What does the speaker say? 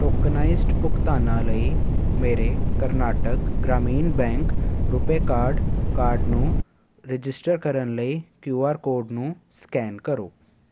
tokenized ਭੁਗਤਾਨਾਂ ਲਈ ਮੇਰੇ Karnataka Grameen bank RuPay card card ਨੂੰ ਰਜਿਸਟਰ ਕਰਨ ਲਈ ਕਿਊਆਰ ਕੋਡ ਨੂੰ ਸਕੈਨ ਕਰੋ